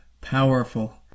powerful